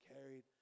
carried